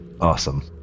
Awesome